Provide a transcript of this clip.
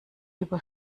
über